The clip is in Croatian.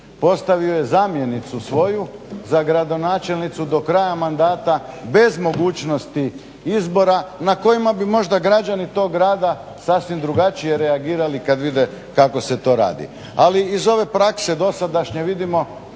Postavio je zamjenicu svoju za gradonačelnicu do kraja mandata bez mogućnosti izbora na kojima bi možda građani tog grada sasvim drugačije reagirali kad vide kako se to radi. Ali iz ove prakse dosadašnje vidimo